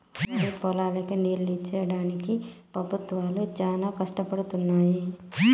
వరిపొలాలకి నీళ్ళు ఇచ్చేడానికి పెబుత్వాలు చానా కష్టపడుతున్నయ్యి